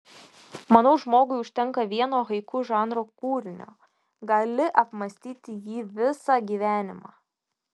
manau žmogui užtenka vieno haiku žanro kūrinio gali apmąstyti jį visą gyvenimą